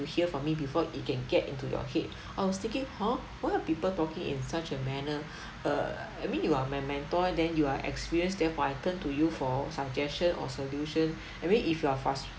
you hear from me before it can get into your head I was thinking !huh! why are people talking in such a manner err I mean you are my mentor then you are experienced therefore I turn to you for suggestion or solution I mean if you are frustrated